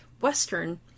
western